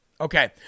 okay